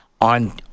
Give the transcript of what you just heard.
on